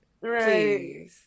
Right